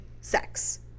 sex